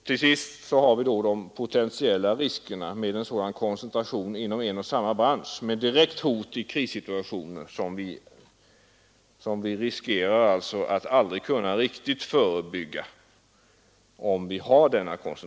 Till sist har vi de potentiella riskerna med en koncentration inom en och samma bransch som utgör ett direkt hot i krissituationer, som vi då aldrig kan riktigt förebygga.